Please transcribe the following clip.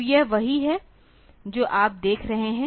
तो यह वही है जो आप देख रहे हैं